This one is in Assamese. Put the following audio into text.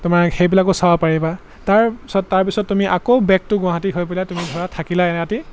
তোমাৰ সেইবিলাকো চাব পাৰিবা তাৰপিছত তাৰপিছত তুমি আকৌ বেক টো গুৱাহাটী হৈ পেলাই তুমি ধৰা থাকিলা এৰাটি